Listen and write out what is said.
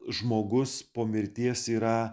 žmogus po mirties yra